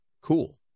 Cool